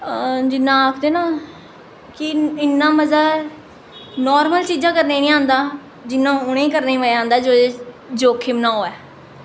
जियां आखदे ना कि इन्ना मज़ा नार्मल चीज़ां करने गी निं आंदा जिन्ना उ'नेंगी करने गी मजा आंदा जेह्दे च जोखम ना होऐ